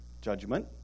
judgment